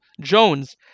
Jones